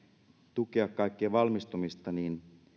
tukea kaikkien valmistumista niin